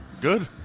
Good